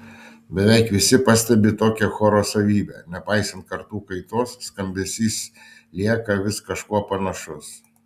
beveik visi pastebi tokią choro savybę nepaisant kartų kaitos skambesys lieka vis kažkuo panašus